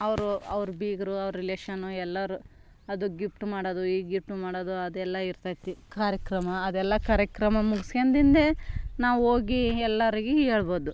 ಅವರು ಅವ್ರ ಬೀಗರು ಅವ್ರ ರಿಲೇಷನ್ನು ಎಲ್ಲರು ಅದು ಗಿಪ್ಟ್ ಮಾಡೊದು ಈ ಗಿಪ್ಟ್ ಮಾಡೊದು ಅದೆಲ್ಲ ಇರ್ತಾತಿ ಕಾರ್ಯಕ್ರಮ ಅದೆಲ್ಲ ಕಾರ್ಯಕ್ರಮ ಮುಗಿಸ್ಕೆಂಡಿಂದೆ ನಾವು ಹೋಗಿ ಎಲ್ಲರಿಗೆ ಹೇಳ್ಬೋದು